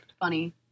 funny